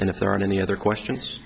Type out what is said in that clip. and if there aren't any other questions